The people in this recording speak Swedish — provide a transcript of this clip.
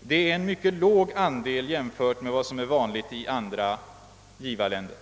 Detta är en mycket låg andel jämfört med vad som är vanligt i andra givarländer.